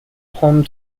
home